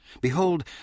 Behold